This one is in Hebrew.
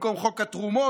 במקום חוק התרומות,